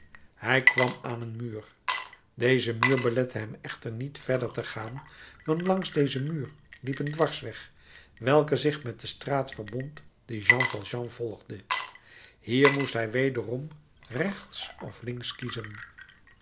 hij kwam aan een muur deze muur belette hem echter niet verder te gaan want langs dezen muur liep een dwarsweg welke zich met de straat verbond die jean valjean volgde hier moest hij wederom rechts of links kiezen